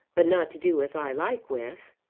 but not to do as i like with.